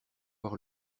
voir